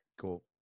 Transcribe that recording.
Cool